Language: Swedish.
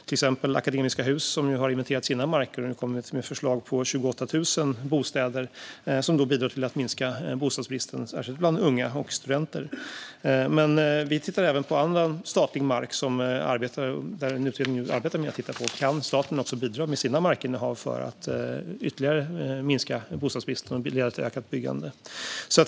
Till exempel har Akademiska Hus inventerat sina marker och kommit med förslag på 28 000 bostäder som kan bidra till att minska bostadsbristen, särskilt bland unga och studenter. Vi tittar också på annan statlig mark, och en utredning arbetar nu med att titta på om staten kan bidra med sina markinnehav för att ytterligare minska bostadsbristen och bidra till ökat byggande.